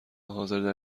حاضردر